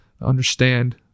understand